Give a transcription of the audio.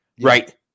Right